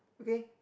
okay